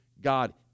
God